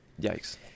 Yikes